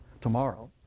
tomorrow